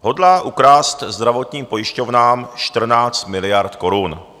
Hodlá ukrást zdravotním pojišťovnám 14 miliard korun.